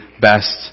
best